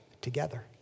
together